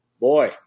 boy